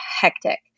hectic